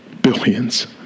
Billions